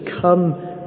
come